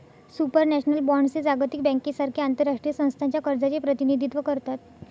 supranational bonds हे जागतिक बँकेसारख्या आंतरराष्ट्रीय संस्थांच्या कर्जाचे प्रतिनिधित्व करतात